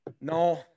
No